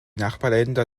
nachbarländer